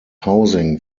housing